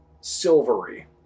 silvery